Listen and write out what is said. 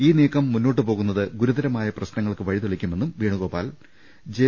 ഈ നീക്കം മുന്നോട്ടുപോകുന്നത് ഗുരുതരമായ പ്രശ്നങ്ങൾക്ക് വഴി തെളിക്കുമെന്നും വേണുഗോപാൽ ജെ